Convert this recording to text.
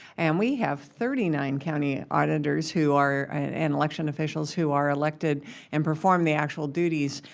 and we have thirty nine county auditors who are and election officials who are elected and perform the actual duties.